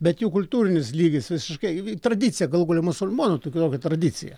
bet jų kultūrinis lygis visiškai tradicija galų gale musulmonų kitokia tradicija